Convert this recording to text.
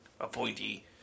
appointee